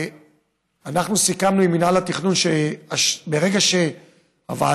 אנחנו סיכמנו עם מינהל התכנון שברגע שהוועדה